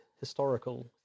Historical